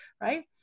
right